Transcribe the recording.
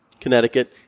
connecticut